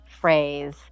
phrase